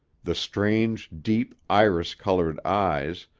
the strange, deep, iris-colored eyes,